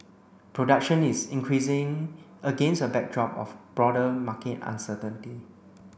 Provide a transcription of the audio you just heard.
production is increasing against a backdrop of broader market uncertainty